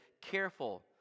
careful